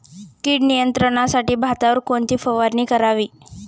कीड नियंत्रणासाठी भातावर कोणती फवारणी करावी?